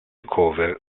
cover